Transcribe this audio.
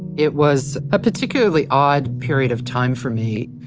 it was a particularly odd period of time for me.